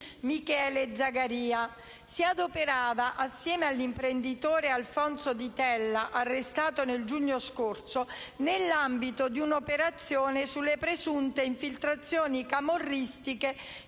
Michele Zagaria. Egli si adoperava assieme all'imprenditore Alfonso Di Tella, arrestato nel giugno scorso sempre nell'ambito di un'operazione sulle presunte infiltrazioni camorristiche